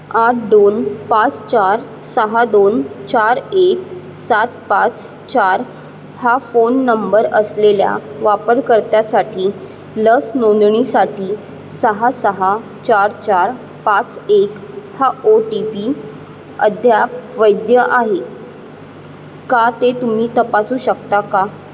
आठ दोन पाच चार सहा दोन चार एक सात पाच चार हा फोन नंबर असलेल्या वापरकर्त्यासाठी लस नोंदणीसाठी सहा सहा चार चार पाच एक हा ओ टी पी अद्याप वैध आहे का ते तुम्ही तपासू शकता का